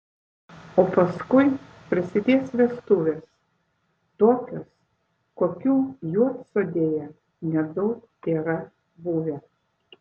o paskui prasidės vestuvės tokios kokių juodsodėje nedaug tėra buvę